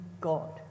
God